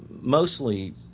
mostly